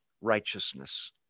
righteousness